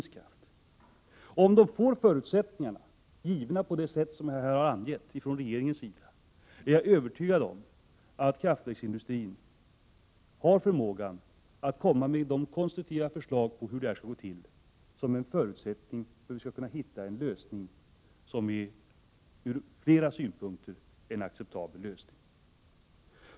Om kraftverksindustrin får förutsättningarna givna från regeringen på det sätt jag här har angett är jag övertygad om att den har förmåga att lägga fram konstruktiva förslag till hur både ersättningen och avvecklingen av kärnkraften skall gå till. Herr talman!